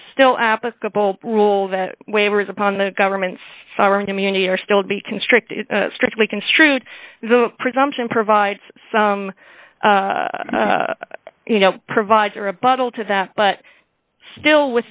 there's still applicable rule that waivers upon the government's sovereign immunity or still be constricted strictly construed the presumption provides some you know provides or a bottle to that but still